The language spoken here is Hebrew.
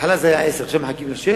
בהתחלה זה היה עשר, עכשיו הם מחכים לשש.